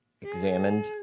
Examined